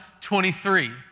23